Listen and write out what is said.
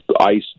ice